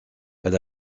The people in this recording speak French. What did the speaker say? elle